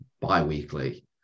bi-weekly